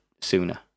sooner